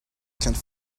can’t